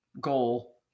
goal